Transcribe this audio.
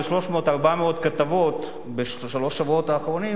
300 400 כתבות בשלושת השבועות האחרונים,